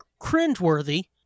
cringeworthy